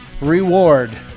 reward